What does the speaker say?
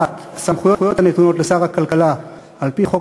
1. הסמכויות הנתונות לשר הכלכלה על-פי חוק